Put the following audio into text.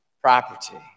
property